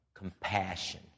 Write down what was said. Compassion